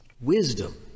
Wisdom